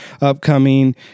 upcoming